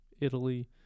Italy